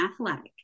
athletic